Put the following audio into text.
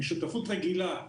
משותפות רגילה,